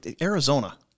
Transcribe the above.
Arizona